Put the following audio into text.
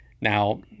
Now